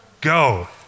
Go